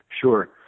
Sure